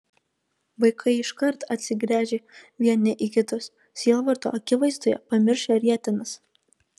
vaikai iškart atsigręžė vieni į kitus sielvarto akivaizdoje pamiršę rietenas